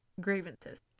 grievances